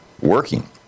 working